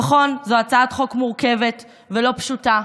נכון, זו הצעת חוק מורכבת ולא פשוטה,